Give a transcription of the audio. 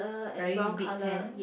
very big tent